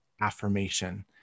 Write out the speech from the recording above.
affirmation